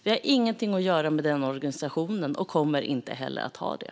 Vi har ingenting att göra med den organisationen och kommer inte heller att ha det.